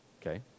Okay